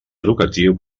educatiu